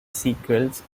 sequels